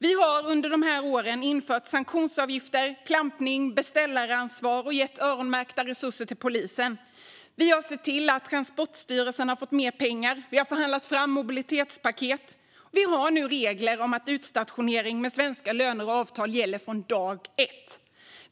Vi har under de här åren infört sanktionsavgifter, klampning och beställaransvar samt gett öronmärkta resurser till polisen. Vi har sett till att Transportstyrelsen har fått mer pengar. Vi har förhandlat fram ett mobilitetspaket. Det finns nu regler om utstationering med svenska löner och avtal som gäller från dag ett.